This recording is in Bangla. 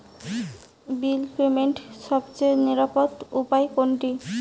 বিল পেমেন্টের সবচেয়ে নিরাপদ উপায় কোনটি?